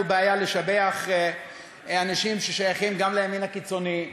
בעיה לשבח אנשים ששייכים גם לימין הקיצוני.